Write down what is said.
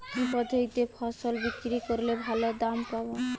কি পদ্ধতিতে ফসল বিক্রি করলে ভালো দাম পাব?